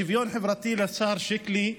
שוויון חברתי, לשר שיקלי,